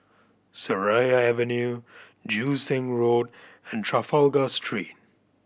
Seraya Avenue Joo Seng Road and Trafalgar Street